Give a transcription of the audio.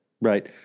right